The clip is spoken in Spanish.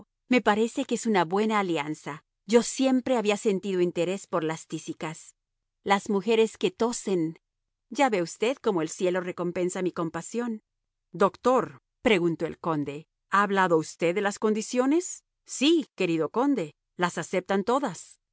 me parece que es una buena alianza yo siempre había sentido interés por las tísicas las mujeres que tosen ya ve usted cómo el cielo recompensa mi compasión doctor preguntó el conde ha hablado usted de las condiciones sí querido conde las aceptan todas